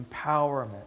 empowerment